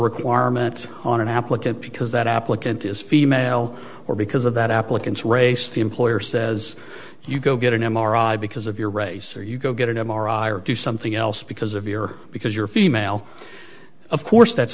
requirement on an applicant because that applicant is female or because of that applicants race the employer says you go get an m r i because of your race or you go get an m r i or do something else because of your because you're female of course that's